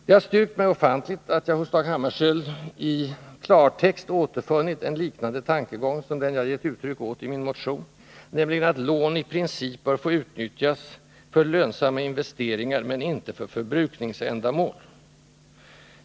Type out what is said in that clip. Det har styrkt mig ofantligt att jag hos Dag Hammarskjöld i klartext återfunnit en liknande tankegång som den jag givit uttryck åt i min motion, nämligen att lån i princip bör få utnyttjas för lönsamma investeringar men inte för förbrukningsändamål.